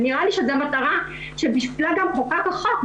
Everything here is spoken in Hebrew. נראה לי שזו המטרה שבשבילה גם חוקק החוק.